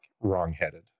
wrong-headed